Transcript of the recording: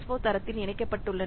ஓ தரத்தில் இணைக்கப்பட்டுள்ளன